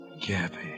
Gabby